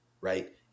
right